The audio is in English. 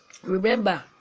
remember